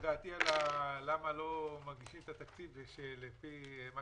דעתי לגבי למה לא מגישים את התקציב לפי מה